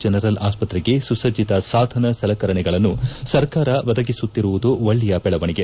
general ಆಸ್ಲತೆಗೆ ಸುಸಜ್ಜತ ಸಾಧನ ಸಲಕರಣೆಗಳನ್ನು ಸರ್ಕಾರ ಒದಗಿಸುತ್ತಿರುವುದು ಒಳ್ಳೆಯ ಬೆಳವಣಿಗೆ